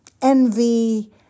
envy